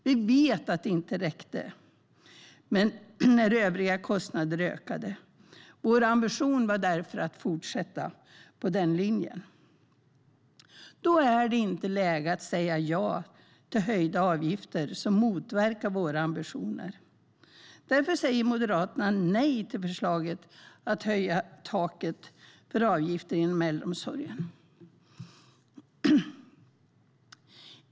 Vi vet att det inte räckte när övriga kostnader ökade. Vår ambition var därför att fortsätta på den linjen. Då är det inte läge att säga ja till höjda avgifter som motverkar våra ambitioner. Därför säger Moderaterna nej till förslaget att höja taket för avgifter inom äldreomsorgen.